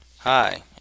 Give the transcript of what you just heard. Hi